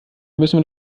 müssen